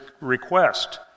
request